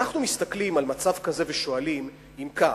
כשאנחנו מסתכלים על מצב כזה ושואלים: אם כך,